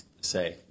say